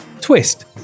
TWIST